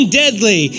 deadly